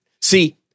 see